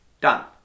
done